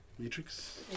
Matrix